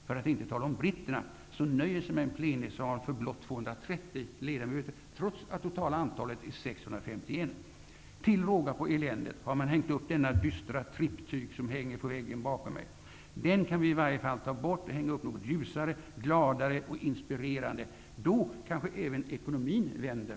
För att inta tala om britterna, som nöjer sig med en plenisal för blott 230 ledamöter trots att det totala antalet är 65l. Till råga på eländet har man hängt upp denna dystra triptyk, som hänger på väggen bakom mig. Den kan vi i varje fall ta bort och hänga upp något ljusare, gladare och inspirerande. Då kanske även ekonomin vänder.